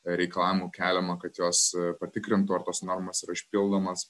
reikalavimų keliama kad jos patikrintų ar tos normos yra išpildomas